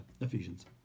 Ephesians